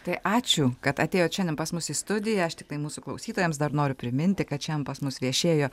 tai ačiū kad atėjot šiandien pas mus į studiją aš tiktai mūsų klausytojams dar noriu priminti kad šian pas mus viešėjo